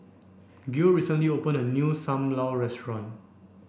Gil recently opened a new Sam Lau Restaurant